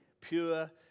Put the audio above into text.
Pure